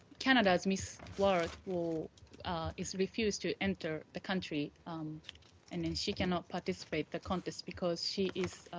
canada's miss world will is refused to enter the country um and then she cannot participate the contest because she is